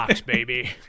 baby